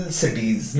cities